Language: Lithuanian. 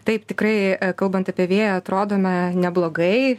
taip tikrai kalbant apie vėją atrodome neblogai